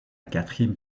quatrième